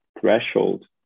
threshold